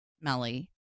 Melly